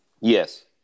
Yes